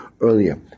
earlier